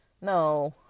no